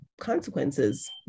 consequences